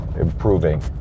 improving